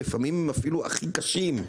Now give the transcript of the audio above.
לפעמים אפילו הכי קשים.